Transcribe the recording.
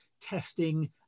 testing